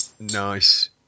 Nice